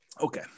okay